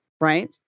right